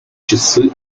часы